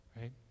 right